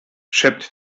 szept